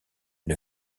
une